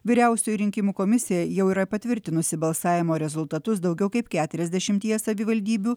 vyriausioji rinkimų komisija jau yra patvirtinusi balsavimo rezultatus daugiau kaip keturiasdešimtyje savivaldybių